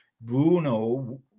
bruno